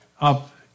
up